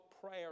prayer